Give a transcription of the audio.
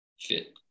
fit